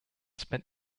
spent